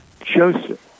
Joseph